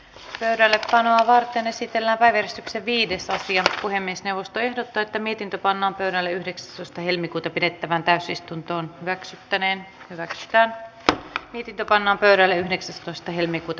pöydällepanoa varten esitellään väristyksen viides asiat puhemiesneuvosto ehdottaa että mietintö pannaan pöydälle yhdeksästoista helmikuuta pidettävään täysistuntoon räksyttäneen yritystä ei pidä panna pöydälle keskustelu päättyi